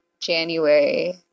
January